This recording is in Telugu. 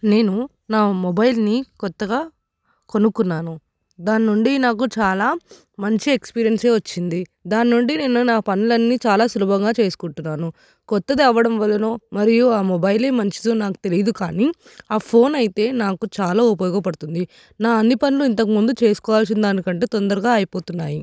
నేను నా మొబైల్ని కొత్తగా కొనుక్కున్నాను దాని నుండి నాకు చాలా మంచి ఎక్స్పీరియన్సే వచ్చింది దాని నుండి నేను నా పనులన్నీ చాలా సులభంగా చేసుకుంటున్నాను కొత్తది అవడం వలనో మరియు ఆ మొబైలే మంచిదో నాకు తెలీదు కానీ ఆ ఫోన్ అయితే నాకు చాలా ఉపయోగపడుతుంది నా అన్ని పనులు ఇంతకుముందు చేసుకోవాల్సిన దానికంటే తొందరగా అయిపోతున్నాయి